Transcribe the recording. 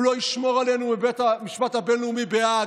הוא לא ישמור עלינו מבית המשפט הבין-לאומי בהאג,